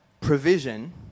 provision